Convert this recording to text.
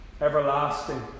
everlasting